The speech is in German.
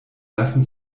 lassen